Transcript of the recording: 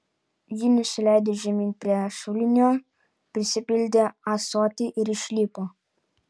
ji nusileido žemyn prie šulinio prisipildė ąsotį ir išlipo